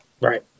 Right